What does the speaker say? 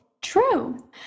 True